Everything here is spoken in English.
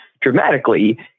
dramatically